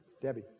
Debbie